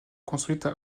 construites